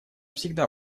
всегда